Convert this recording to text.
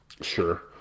Sure